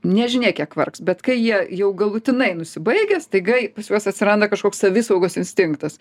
nežinia kiek vargs bet kai jie jau galutinai nusibaigia staiga pas juos atsiranda kažkoks savisaugos instinktas